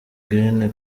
greene